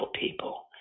people